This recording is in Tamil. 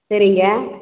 சரிங்க